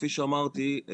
כפי שאמרתי,